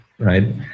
right